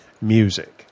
music